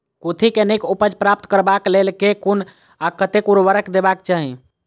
कुर्थी केँ नीक उपज प्राप्त करबाक लेल केँ कुन आ कतेक उर्वरक देबाक चाहि?